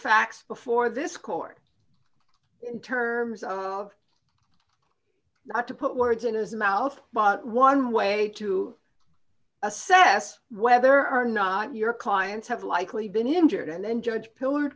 facts before this court in terms of not to put words in his mouth but one way to assess whether or not your clients have likely been injured and then judge pillar